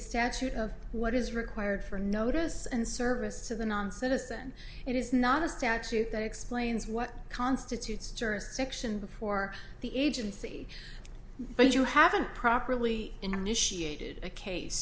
statute of what is required for notice and service to the non citizen it is not a statute that explains what constitutes jurisdiction before the agency but you haven't properly initiated a case